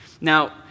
Now